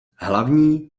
hlavní